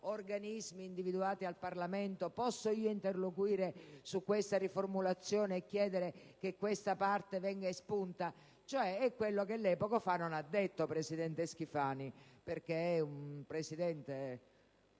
organismi individuati dal Parlamento, posso interloquire su questa riformulazione e chiedere che questa parte venga espunta? È cioè quello che lei, poco fa, non ha detto, presidente Schifani, perché è un presidente